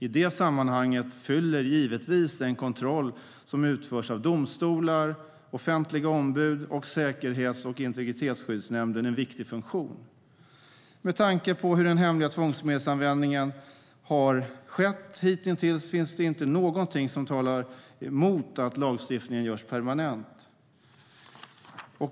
I detta sammanhang fyller givetvis den kontroll som utförs av domstolar, offentliga ombud och Säkerhets och integritetsskyddsnämnden en viktig funktion. Med tanke på hur den hemliga tvångsmedelsanvändningen har skett hitintills finns det inte någonting som talar mot att lagstiftningen görs permanent.